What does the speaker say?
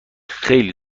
خیلی